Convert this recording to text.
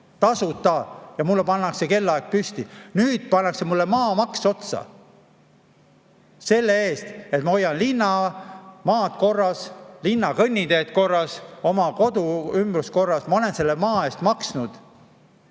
Tasuta! Ja mulle pannakse kellaaeg püsti! Nüüd pannakse mulle maamaks otsa selle eest, et ma hoian linna maad korras, linna kõnniteed korras, oma koduümbruse korras! Ma olen selle maa eest maksnud.